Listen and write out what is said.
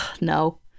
No